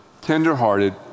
tenderhearted